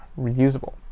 reusable